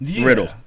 Riddle